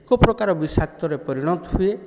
ଏକ ପ୍ରକାର ବିଶାକ୍ତରେ ପରିଣତ ହୁଏ